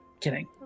Kidding